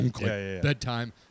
Bedtime